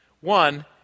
One